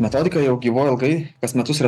metodika jau gyvuoja ilgai kas metus yra